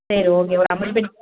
சரி ஓகே ஒரு அம்பது பெட்டி